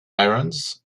irons